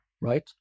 right